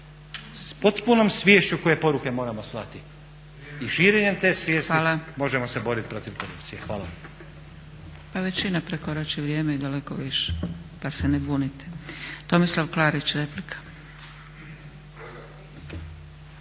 s potpunom sviješću koje poruke moramo slati i širenjem te svijestim možemo se boriti protiv korupcije. Hvala. **Zgrebec, Dragica (SDP)** Hvala. Pa većina prekorači vrijeme i daleko više pa se ne bunite. Tomislav Klarić replika.